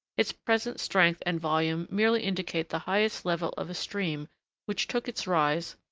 its present strength and volume merely indicate the highest level of a stream which took its rise,